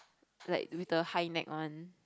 like with the high neck one